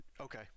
okay